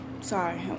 sorry